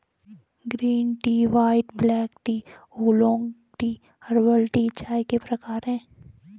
green tea white black tea oolong tea herbal tea चाय के प्रकार है